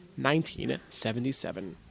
1977